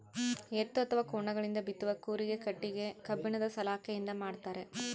ಎತ್ತು ಅಥವಾ ಕೋಣಗಳಿಂದ ಬಿತ್ತುವ ಕೂರಿಗೆ ಕಟ್ಟಿಗೆ ಕಬ್ಬಿಣದ ಸಲಾಕೆಯಿಂದ ಮಾಡ್ತಾರೆ